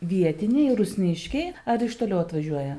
vietiniai rusniškiai ar iš toliau atvažiuoja